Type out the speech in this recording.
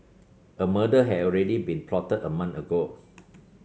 a murder had already been plotted a month ago